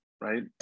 right